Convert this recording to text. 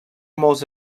molts